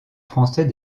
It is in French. français